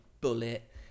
Bullet